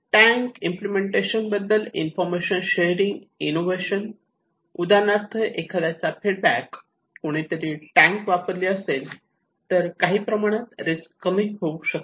tank implementation बद्दल information sharing innovation उदाहरणार्थ एखाद्या चा फीडबॅक कुणीतरी टँक वापरली असेल तर काही प्रमाणात रिस्क कमी होऊ शकते